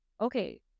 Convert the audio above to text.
Okay